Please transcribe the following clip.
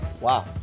Wow